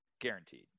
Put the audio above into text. Guaranteed